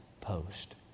post